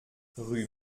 rue